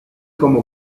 como